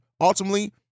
Ultimately